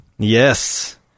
yes